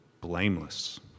blameless